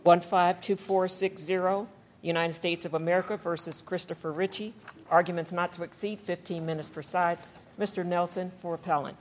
one five two four six zero united states of america versus christopher richey arguments not to exceed fifteen minutes for side mr nelson for pal